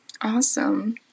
awesome